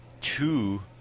two